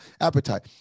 appetite